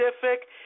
Pacific